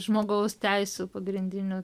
žmogaus teisių pagrindinių